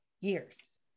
years